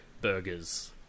burgers